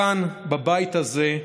כאן בבית הזה,